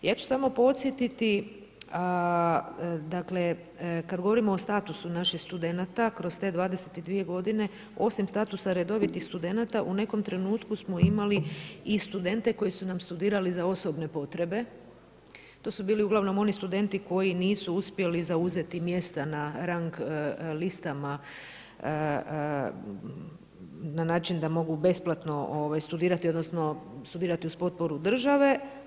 Ja ću samo podsjetiti, kad govorimo o statusu naših studenata, kroz te 22 godine, osim statusa redovitih studenata, u nekom trenutku smo imali i studente koji su nam studirali za osobne potrebe, to su bili uglavnom oni studenti koji nisu uspjeli zauzeti mjesta na rang listama na način da mogu besplatno studirati, odnosno studirati uz potporu države.